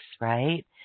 right